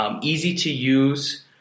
easy-to-use